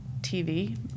TV